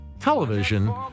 Television